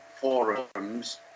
forums